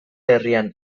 herrian